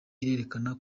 irerekana